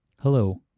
Hello